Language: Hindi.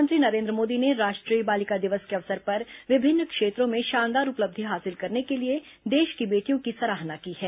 प्रधानमंत्री नरेन्द्र मोदी ने राष्ट्रीय बालिका दिवस के अवसर पर विभिन्न क्षेत्रों में शानदार उपलब्धि हासिल करने के लिए देश की बेटियों की सराहना की है